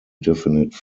definite